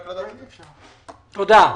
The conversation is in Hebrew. תודה.